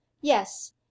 yes